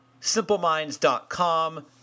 Simpleminds.com